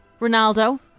Ronaldo